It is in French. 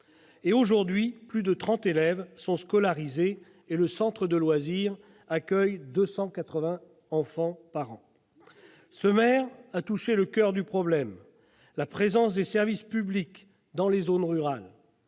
aujourd'hui, plus de 30 élèves sont scolarisés et le centre de loisirs accueille 280 enfants par an. De quelle commune s'agit- il ? Ce maire a touché le coeur du problème : la présence des services publics dans les zones rurales.